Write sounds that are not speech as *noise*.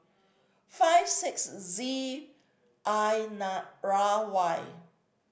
five six Z I *unintelligible* R Y